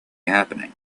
happening